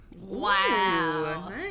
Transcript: Wow